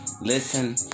listen